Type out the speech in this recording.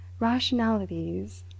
rationalities